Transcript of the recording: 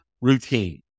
routine